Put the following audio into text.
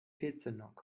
fehlzündung